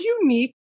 unique